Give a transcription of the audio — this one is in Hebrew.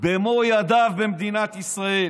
במו ידיו במדינת ישראל.